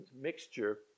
mixture